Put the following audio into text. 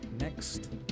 next